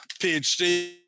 PhD